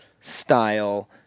style